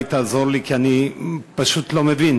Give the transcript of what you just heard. בבקשה, חבר הכנסת חיים ילין.